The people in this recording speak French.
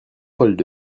paul